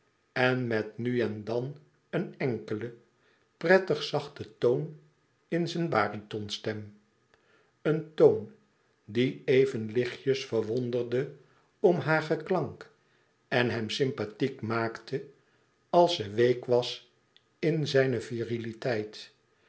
en met nu en dan een enkele prettig zachte toon in zijn baritonstem een toon die even lichtjes verwonderde om haar geklank en hem sympathiek maakte als ze week was in zijne